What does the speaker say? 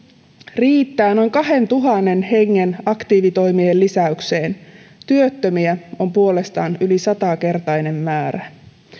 riittävät noin kahdentuhannen hengen aktiivitoimien lisäykseen työttömiä on puolestaan yli satakertainen määrä